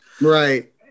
right